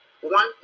one